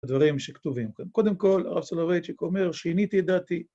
‫הדברים שכתובים כאן. ‫קודם כול, אבסולו רייצ'יק אומר, ‫שיניתי את דעתי...